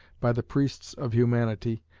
by the priests of humanity,